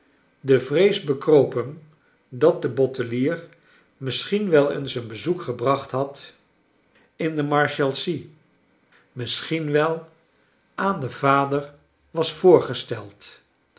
de vrees bekroop hem dat de bottelier misschien wel eens een bezoek gebracht had in de kleine dorrit marshalsea misschien wel aan den vader was voorgesteld